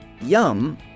Yum